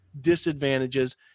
disadvantages